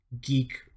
geek